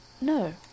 No